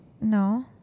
No